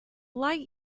light